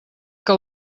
que